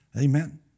Amen